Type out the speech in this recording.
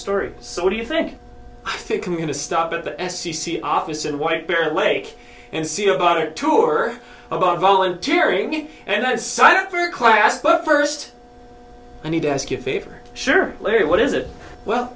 story so what do you think i think i'm going to stop at the s c c office in white bear lake and see about a tour about volunteering and i sign up for class but first i need to ask a favor sure larry what is a well